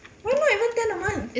why not even ten a month